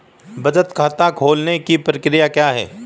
बचत खाता खोलने की प्रक्रिया क्या है?